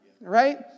right